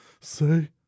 say